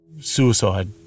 Suicide